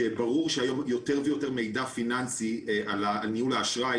שברור שהיום יותר ויותר מידע פיננסי על ניהול האשראי